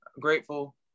grateful